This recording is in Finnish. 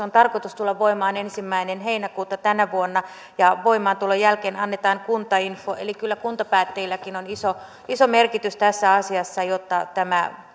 on tarkoitus tulla voimaan ensimmäinen heinäkuuta tänä vuonna ja voimaantulon jälkeen annetaan kuntainfo eli kyllä kuntapäättäjilläkin on iso iso merkitys tässä asiassa jotta